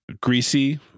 greasy